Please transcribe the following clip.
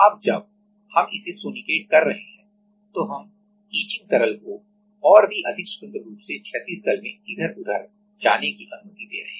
अब जब हम इसे सोनिकेट कर रहे हैं तो हम इचिंग तरल को और भी अधिक स्वतंत्र रूप से क्षैतिज तल में इधर उधरब जाने की अनुमति दे रहे हैं